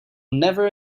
never